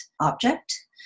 object